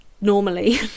normally